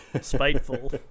spiteful